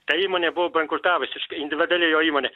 ta įmonė buvo bankrutavusi individuali jo įmonė